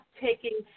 taking